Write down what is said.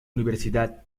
universidad